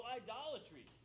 idolatry